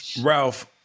Ralph